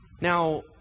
Now